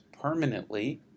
permanently